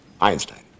Einstein